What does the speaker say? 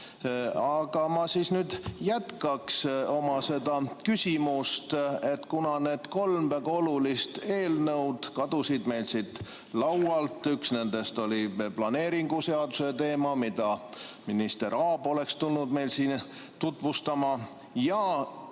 Aga ma nüüd jätkan oma küsimust. Kuna need kolm väga olulist eelnõu kadusid meil siit laualt, üks nendest oli planeeringuseaduse teema, mida minister Aab oleks tulnud meile siia tutvustama, ja